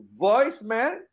voicemail